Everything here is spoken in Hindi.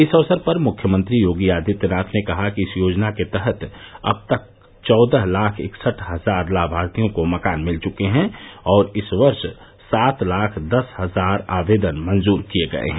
इस अवसर पर मुख्यमंत्री योगी आदित्यनाथ ने कहा कि इस योजना के तहत अब तक चौदह लाख इकसठ हजार लामार्थियों को मकान मिल चुके हैं और इस वर्ष सात लाख दस हजार आवेदन मंजूर किए गए हैं